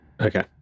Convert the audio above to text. Okay